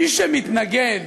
מי שמתנגד